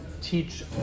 Teach